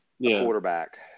quarterback